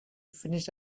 finish